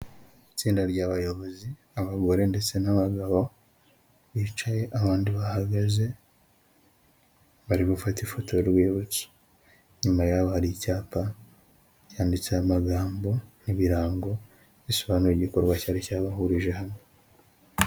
Itsinda ry'abayobozi, abagore ndetse n'abagabo, bicaye abandi bahagaze bari gufata ifoto y'urwibutso inyuma yaho hari icyapa cyanditseho amagambo nk'ibirango bisobanura igikorwa cyari cyabahurije hamwe.